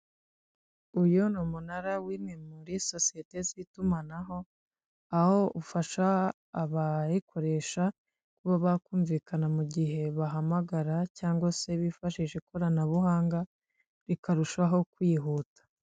Uyu ni umunara w'imwe muri sosiyete y'itumanaho, aho ufasha abayikoresha kuba bakumvikana mu gihe bahamagara cyangwa se bifashisha ikoranabuhanga, bikarushaho kwihuta.